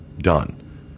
done